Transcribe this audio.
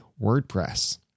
WordPress